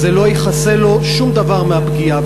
זה לא יכסה לו שום דבר מהפגיעה.